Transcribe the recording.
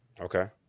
Okay